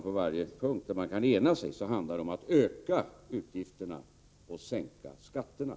På varje punkt där man kan ena sig handlar det om att öka utgifterna och sänka skatterna.